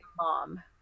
mom